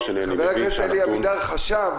חבר הכנסת אלי אבידר חשב,